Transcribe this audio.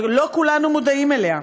שלא כולנו מודעים אליה.